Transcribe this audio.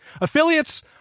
affiliates